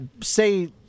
say